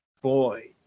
Boy